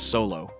Solo